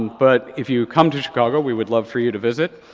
but if you come to chicago, we would love for you to visit.